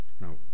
Now